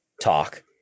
talk